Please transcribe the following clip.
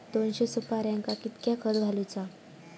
दोनशे सुपार्यांका कितक्या खत घालूचा?